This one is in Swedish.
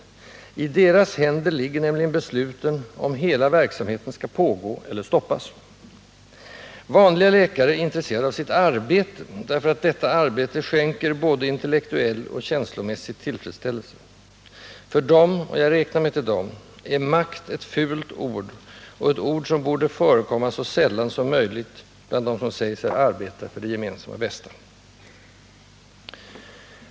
I deras händer ligger nämligen besluten om hela verksamheten skall pågå eller stoppas. Vanliga läkare är intresserade av sitt arbete, därför att detta arbete skänker både intellektuell och känslomässig tillfredsställelse. För dem — och jag räknar mig till dem — är makt ett fult ord och ett ord som borde förekomma så sällan som möjligt bland dem som säger sig arbeta för det gemensamma bästa.